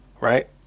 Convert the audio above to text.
right